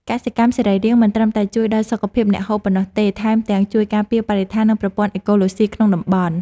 កសិកម្មសរីរាង្គមិនត្រឹមតែជួយដល់សុខភាពអ្នកហូបប៉ុណ្ណោះទេ ថែមទាំងជួយការពារបរិស្ថាននិងប្រព័ន្ធអេកូឡូស៊ីក្នុងតំបន់។